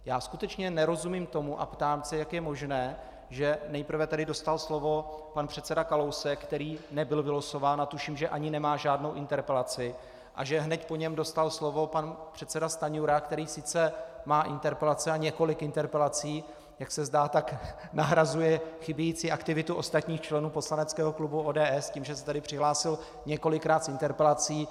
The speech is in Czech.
Já skutečně nerozumím tomu a ptám se, jak je možné, že nejprve tedy dostal slovo pan předseda Kalousek, který nebyl vylosován, a tuším, že ani nemá žádnou interpelaci, a že hned po něm dostal slovo pan předseda Stanjura, který sice má interpelaci, a několik interpelací jak se zdá, tak nahrazuje chybějící aktivitu ostatních členů poslaneckého klubu ODS tím, že se tu přihlásil několikrát s interpelací.